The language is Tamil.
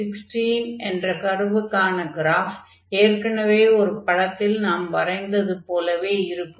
xy16 என்ற கர்வுக்கான க்ராஃப் ஏற்கனவே ஒரு படத்தில் நாம் வரைந்தது போலவே இருக்கும்